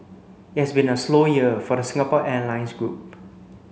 it has been a slow year for the Singapore Airlines group